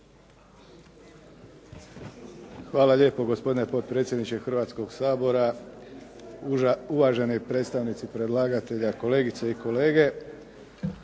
Hvala lijepo, gospodine potpredsjedniče Hrvatskoga sabora. Uvaženi predstavnici predlagatelja, kolegice i kolege. Klub